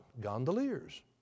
gondoliers